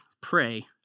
pray